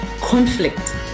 conflict